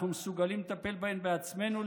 אנחנו מסוגלים לטפל בהן בעצמנו,